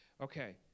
okay